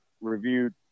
reviewed